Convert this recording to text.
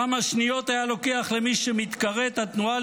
כמה שניות היה לוקח למי שמתקראת התנועה